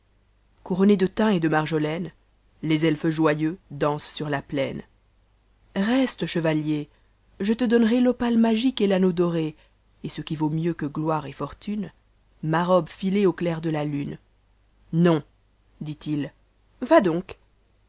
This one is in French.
couroonés de thym et de marjolaine les ehes joyeux daoseat sar plaiae reste cheva er je te donnerai l'opale magique et l'anneau doré et ce qui tant mieux que gtoh'e et ibrtnne ma robe clée au clair de la tune non dit-il va donc